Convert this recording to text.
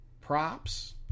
Props